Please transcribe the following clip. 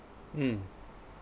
mm